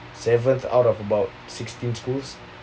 seventh out of about sixteen schools